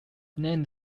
named